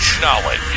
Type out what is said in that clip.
knowledge